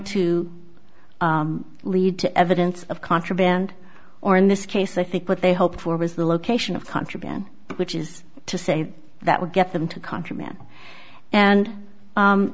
to lead to evidence of contraband or in this case i think what they hoped for was the location of contraband which is to say that would get them to contra man and